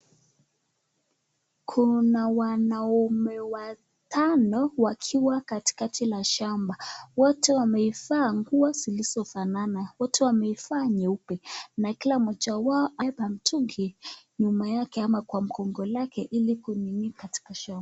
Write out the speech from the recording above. Kuna wanaume watano wakiwa katikati la shamba wote wamevaa nguo zilizofanana wote wamevaa nyeupe na kila mmoja wao ana mtungi nyuma yake ama mgongo lake ili kumimina katika shamba.